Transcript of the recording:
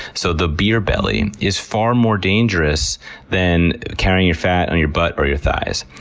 so the beer belly, is far more dangerous than carrying your fat on your butt or your thighs.